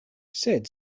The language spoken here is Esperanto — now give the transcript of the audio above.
sed